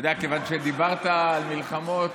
אתה יודע, כיוון שדיברת על מלחמות,